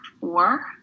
four